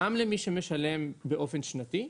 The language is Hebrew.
גם למי שמשלם באופן שנתי,